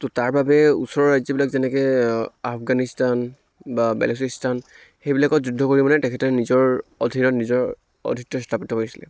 ত' তাৰ বাবে ওচৰৰ ৰাজ্য়বিলাক যেনেকৈ আফগানিস্তান বা বেলুচিস্তান সেইবিলাকত যুদ্ধ কৰি মানে তেখেতে নিজৰ অধীনত নিজৰ অধীত্ব স্থাপিত কৰিছিলে